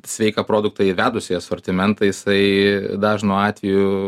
sveiką produktą įvedus į asortimentą jisai dažnu atveju